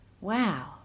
Wow